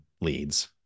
leads